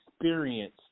experience